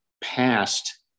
past